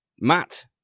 Matt